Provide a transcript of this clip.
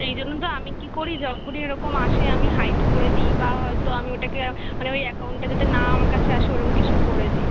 এই জন্য তো আমি কী করি যখনই এরকম আসে আমি হাইড করে দিই বা হয়তো আমি ওটাকে মানে ওই অ্যাকাউন্টটা যাতে না আমার কাছে আসে ওরকম কিছু করে দিই